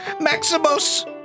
Maximus